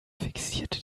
fixierte